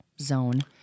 zone